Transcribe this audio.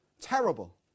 Terrible